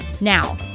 Now